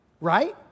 right